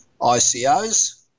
ICOs